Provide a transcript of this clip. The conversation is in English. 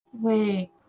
Wait